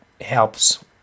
helps